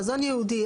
מזון ייעודי.